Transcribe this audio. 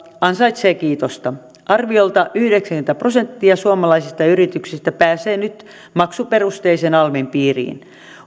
ansaitsee kiitosta arviolta yhdeksänkymmentä prosenttia suomalaisista yrityksistä pääsee nyt maksuperusteisen alvin piiriin